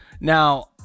Now